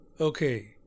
Okay